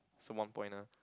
so one point ah